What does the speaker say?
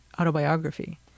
autobiography